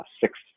six